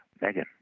Megan